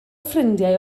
ffrindiau